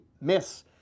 miss